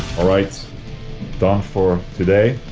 alright done for today